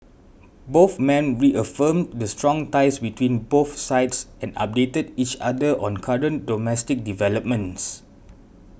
both men reaffirmed the strong ties between both sides and updated each other on current domestic developments